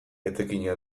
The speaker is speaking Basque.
etekina